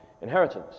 inheritance